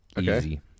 easy